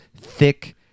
thick